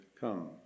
Come